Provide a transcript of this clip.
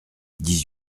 dix